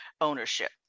ownership